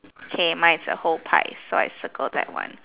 K mine is a whole pie so I circle that one